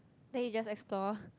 then you just explore